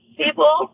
people